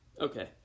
okay